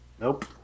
Nope